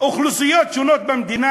אוכלוסיות שונות במדינה?